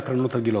בהקרנות הרגילות.